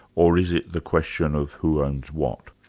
or is it the question of who owns what?